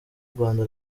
rwanda